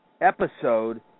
episode